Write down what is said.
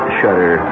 shutter